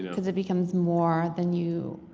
cause it becomes more than you.